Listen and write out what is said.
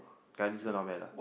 ya this girl not bad lah